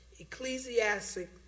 Ecclesiastic